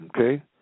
Okay